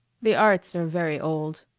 the arts are very old,